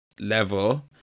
level